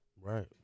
Right